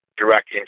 direct